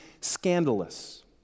scandalous